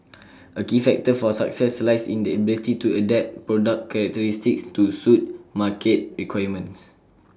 A key factor for success lies in the ability to adapt product characteristics to suit market requirements